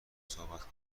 صحبت